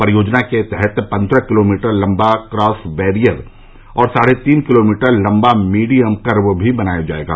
परियोजना के तहत पन्द्रह किलोमीटर लम्बा क्रॉस बैरियर और साढ़े तीन किलोमीटर लंबा मीडियम कर्व भी बनाया जायेगा